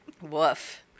Woof